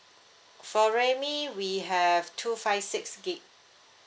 for realme we have two five six gig